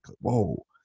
whoa